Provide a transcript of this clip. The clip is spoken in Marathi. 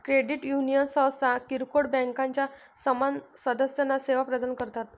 क्रेडिट युनियन सहसा किरकोळ बँकांच्या समान सदस्यांना सेवा प्रदान करतात